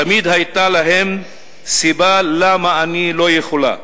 תמיד היתה להם סיבה למה אני לא יכולה.